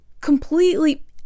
completely